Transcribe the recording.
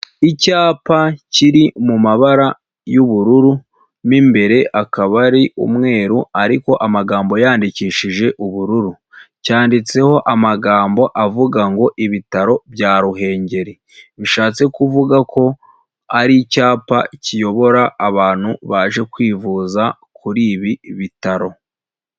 Icyapa kiri mu mabara y'ubururu mu imbere akaba ari umweru ariko amagambo yandikishije ubururu, cyanditseho amagambo avuga ngo ibitaro bya Ruhengeri bishatse kuvuga ko ari icyapa kiyobora abantu baje kwivuza kuri ibi bitaro.